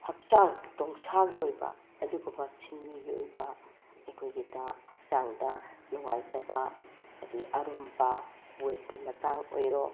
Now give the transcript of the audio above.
ꯍꯛꯆꯥꯡ ꯇꯣꯡꯁꯥꯒꯤ ꯑꯣꯏꯕ ꯑꯗꯨꯒꯨꯝꯕ ꯁꯤꯡꯂꯤꯒꯤ ꯑꯣꯏꯕ ꯑꯩꯈꯣꯏꯒꯤꯗ ꯍꯛꯆꯥꯡꯗ ꯅꯨꯉꯥꯏꯇꯕ ꯑꯗꯩ ꯑꯔꯨꯝꯕ ꯋꯦꯠꯀꯤ ꯃꯇꯥꯡ ꯑꯣꯏꯔꯣ